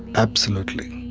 absolutely.